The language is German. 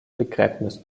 begräbnis